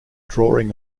drawing